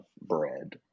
bread